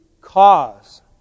cause